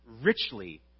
richly